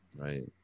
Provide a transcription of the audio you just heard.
Right